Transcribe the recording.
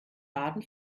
baden